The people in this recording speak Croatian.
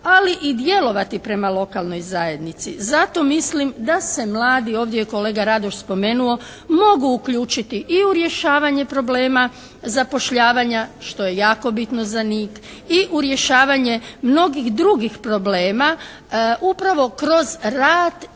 ali i djelovati prema lokalnoj zajednici. Zato mislim da se mladi, ovdje je kolega Radoš spomenuo, mogu uključiti i u rješavanje problema zapošljavanja, što je jako bitno za njih, i u rješavanje mnogih drugih problema. Upravo kroz rad i kroz